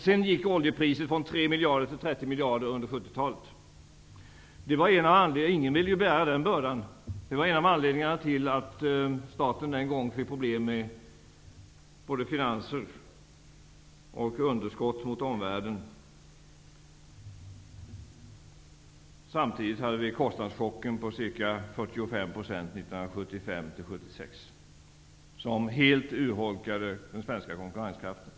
Sedan steg oljepriset från 3 miljarder till 30 miljarder under 70-talet. Ingen ville bära den bördan. Det var en anledning till att staten den gången fick problem med både finanser och underskott mot omvärlden. Samtidigt hade vi kostnadchocken på ca 45 % 1975--1976, som helt urholkade den svenska konkurrenskraften.